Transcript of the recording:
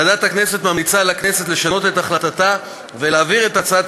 ועדת הכנסת ממליצה לכנסת לשנות את החלטתה ולהעביר את הצעת